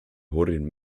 horrid